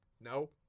No